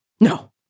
No